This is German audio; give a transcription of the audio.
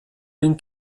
den